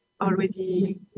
already